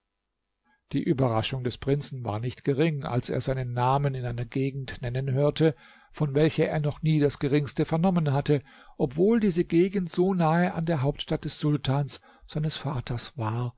die überraschung des prinzen war nicht gering als er seinen namen in einer gegend nennen hörte von welcher er noch nie das geringste vernommen hatte obwohl diese gegend so nahe an der hauptstadt des sultans seines vaters war